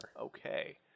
Okay